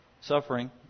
suffering